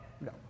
No